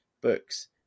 books